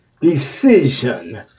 decision